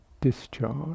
discharge